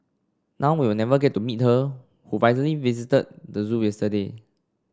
now we'll never get to meet her who finally visited the zoo yesterday